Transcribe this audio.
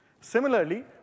Similarly